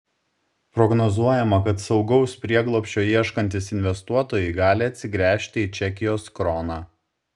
prognozuojama kad saugaus prieglobsčio ieškantys investuotojai gali atsigręžti į čekijos kroną